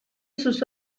sus